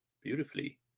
beautifully